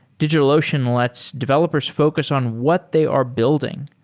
digitalocean lets developers focus on what they are building.